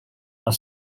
are